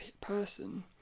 person